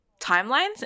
timelines